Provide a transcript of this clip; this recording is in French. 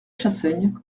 chassaigne